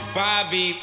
bobby